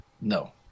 No